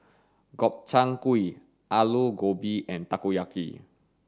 Gobchang Gui Alu Gobi and Takoyaki